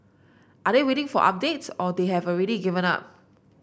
are they waiting for updates or they have already given up